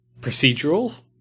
procedural